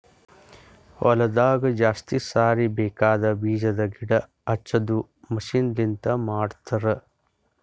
ಹೊಲದಾಗ ಜಾಸ್ತಿ ಸಾರಿ ಬೇಕಾಗದ್ ಬೀಜದ್ ಗಿಡ ಹಚ್ಚದು ಮಷೀನ್ ಲಿಂತ ಮಾಡತರ್